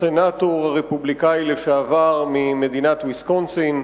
הסנטור הרפובליקני לשעבר ממדינת ויסקונסין.